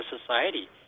society